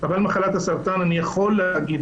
אבל מחלת הסרטן אני יכול להגיד,